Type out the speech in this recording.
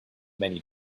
many